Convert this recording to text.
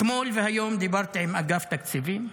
אתמול והיום דיברתי עם אגף תקציבים,